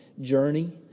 journey